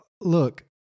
Look